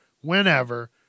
whenever